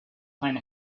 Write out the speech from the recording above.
find